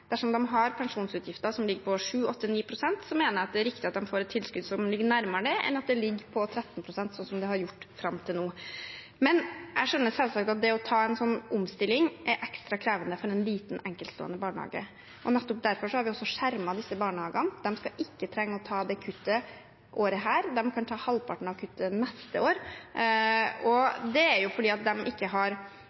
Dersom de har pensjonsutgifter som ligger på 7–8–9 pst., mener jeg det er riktig at de får et tilskudd som ligger nærmere det, enn at det ligger på 13 pst., slik det har gjort fram til nå. Men jeg skjønner selvsagt at det å ta en slik omstilling er ekstra krevende for en liten, enkeltstående barnehage, og nettopp derfor har vi skjermet disse barnehagene. De skal ikke trenge å ta det kuttet dette året. De kan ta halvparten av kuttet neste år, og det er jo fordi de ikke har